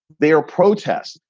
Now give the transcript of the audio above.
they are protest.